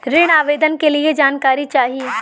ऋण आवेदन के लिए जानकारी चाही?